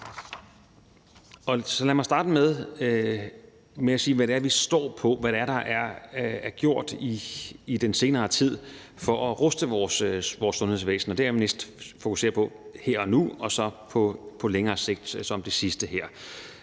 Lad mig starte med at sige, hvad det er, vi står på, hvad det er, der er gjort i den senere tid for at ruste vores sundhedsvæsen, og dernæst fokusere på her og nu og så på det længere sigt som det sidste.